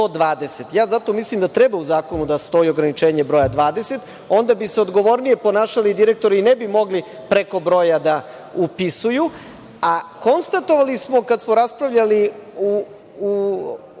20. Zato mislim da treba u zakonu da stoji ograničenje broja 20, onda bi se odgovornije ponašali direktori i ne bi mogli preko broja da upisuju. Konstatovali smo, kada smo raspravljali pre